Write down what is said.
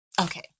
Okay